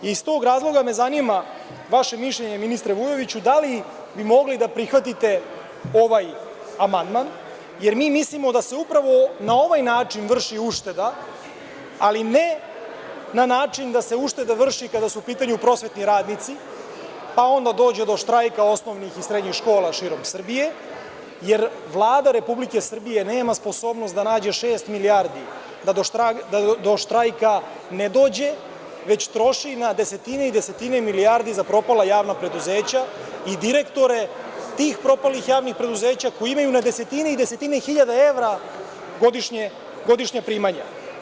Iz tog razloga me zanima vaše mišljenje, ministre Vujoviću, da li bi mogli da prihvatite ovaj amandman, jer mi mislimo da se upravo na ovaj način vrši ušteda, ali ne na način da se ušteda vrši kada su u pitanju prosvetni radnici, pa onda dođe do štrajka osnovnih i srednjih škola širom Srbije, jer Vlada Republike Srbije nema sposobnost da nađe šest milijardi da do štrajka ne dođe, već troši na desetine i desetine milijardi za propala javna preduzeća i direktore tih propalih javnih preduzeća koji imaju na desetine i desetine hiljada evra godišnja primanja.